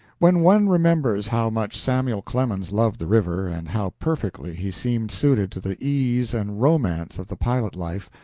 when one remembers how much samuel clemens loved the river, and how perfectly he seemed suited to the ease and romance of the pilot-life,